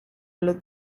allo